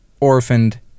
orphaned